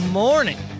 morning